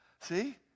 see